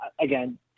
again